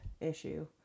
issue